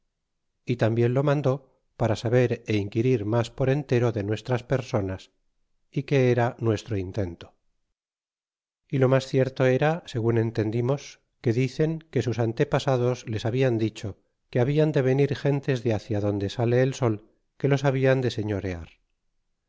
y tambien lo mandó para saber ó inquirir mas por entero de nuestras personas y que era nuestro intento y lo mas cierto era segun entendimos que dicen que sus antepasados les habían dicho que hablan de venir gentes de hácia donde sale el sol que los habian de señorear